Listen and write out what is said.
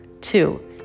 Two